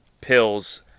pills